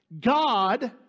God